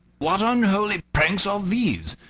what unholy pranks are these?